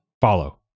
follow